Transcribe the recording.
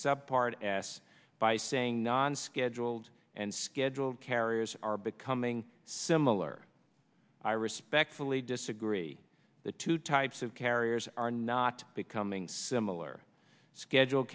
sub part ass by saying non scheduled and scheduled carriers are becoming similar i respectfully disagree the two types of carriers are not becoming similar schedule